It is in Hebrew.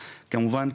כמובן,